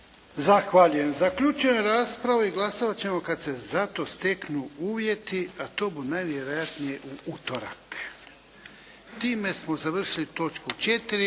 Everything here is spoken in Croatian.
Zahvaljujem. Zaključujem raspravu i glasovat ćemo kada se za to steknu uvjeti, a to bu najvjerojatnije u utorak. Time smo završili točku 4.